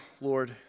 Lord